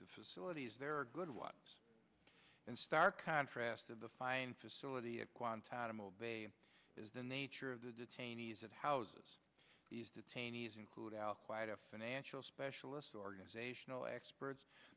the facilities there are good ones in stark contrast to the fine facility at guantanamo bay is the nature of the detainees at house these detainees include out quite a financial specialist organizational